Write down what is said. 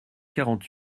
quarante